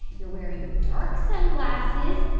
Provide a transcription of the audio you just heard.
you're wearing dark sunglasses,